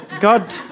God